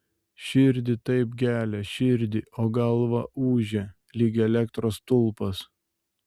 širdį taip gelia širdį o galva ūžia lyg elektros stulpas